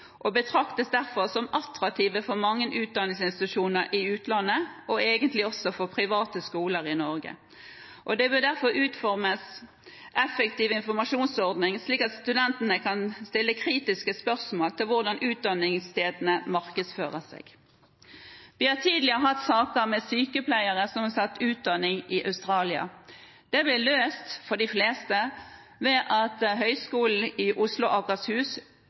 og derfor betraktes som attraktive for mange utdanningsinstitusjoner i utlandet og egentlig også for private skoler i Norge. Det bør derfor utformes effektive informasjonsordninger, slik at studentene kan stille kritiske spørsmål til hvordan utdanningsstedene markedsfører seg. Vi har tidligere hatt saker med sykepleiere som har tatt utdanning i Australia. Det ble løst for de fleste ved at Høgskolen i Oslo og Akershus